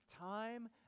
time